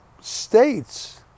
states